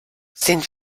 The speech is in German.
sind